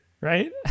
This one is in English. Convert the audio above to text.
right